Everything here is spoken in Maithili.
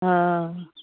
हऽ